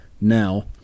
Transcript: now